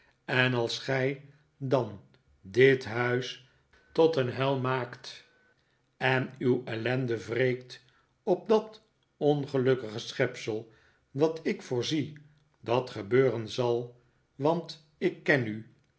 en als gij dan dit huis tot een hel maakt en uw ellende wreekt op dat ongelukkige schepsel wat ik voorzie dat gebeuren zal want ik ken u